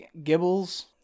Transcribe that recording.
Gibbles